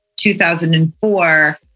2004